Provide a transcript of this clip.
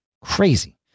Crazy